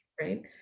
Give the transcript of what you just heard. Right